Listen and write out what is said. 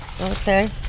Okay